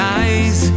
eyes